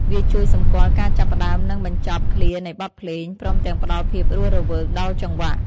វាជួយសម្គាល់ការចាប់ផ្ដើម និងបញ្ចប់ឃ្លានៃបទភ្លេង ព្រមទាំងផ្តល់ភាពរស់រវើកដល់ចង្វាក់។